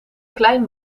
klein